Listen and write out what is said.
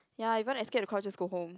ya if you want to escape the crowd just go home